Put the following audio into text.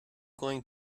going